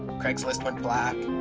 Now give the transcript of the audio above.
craigslist went black,